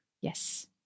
yes